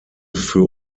für